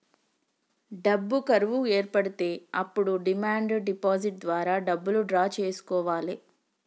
డబ్బు కరువు ఏర్పడితే అప్పుడు డిమాండ్ డిపాజిట్ ద్వారా డబ్బులు డ్రా చేసుకోవాలె